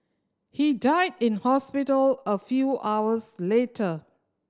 he died in hospital a few hours later